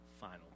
final